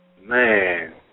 man